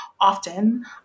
often